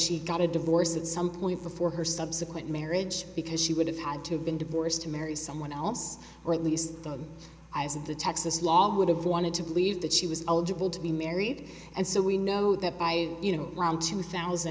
she got a divorce at some point before her subsequent marriage because she would have had to have been divorced to marry someone else or at least the eyes of the texas law would have wanted to believe that she was a legit will to be married and so we know that by you know around two thousand